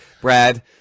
Brad